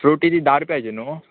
फ्रुटी ती धा रुप्याची न्हू